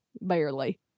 barely